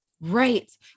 Right